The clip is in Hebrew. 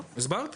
הסברתי.